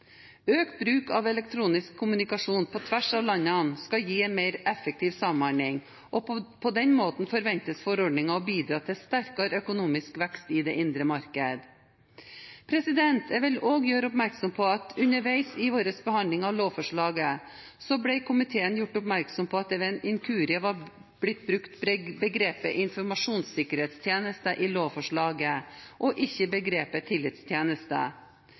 Økt bruk av elektronisk kommunikasjon på tvers av landene skal gi en mer effektiv samhandling, og på den måten forventes forordningen å bidra til sterkere økonomisk vekst i det indre marked. Jeg vil også gjøre oppmerksom på at underveis i vår behandling av lovforslaget ble komiteen gjort oppmerksom på at det ved en inkurie var blitt brukt begrepet «informasjonssikkerhetstjeneste» i lovforslaget, og ikke begrepet